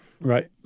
right